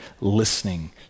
listening